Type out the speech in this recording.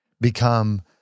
become